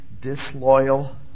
disloyal